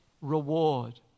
reward